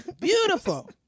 Beautiful